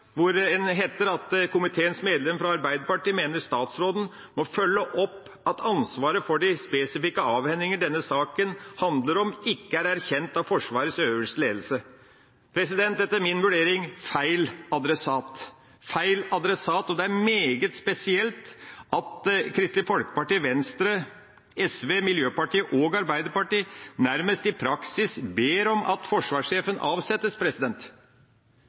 hvor det heter: «Komiteens medlemmer fra Arbeiderpartiet mener statsråden må følge opp at ansvaret for de spesifikke avhendingene denne saken handler om ikke er erkjent av Forsvarets øverste ledelse.» Etter min vurdering er dette feil adressat – feil adressat – og det er meget spesielt at Kristelig Folkeparti, Venstre, SV, Miljøpartiet De Grønne og Arbeiderpartiet nærmest i praksis ber om at forsvarssjefen avsettes.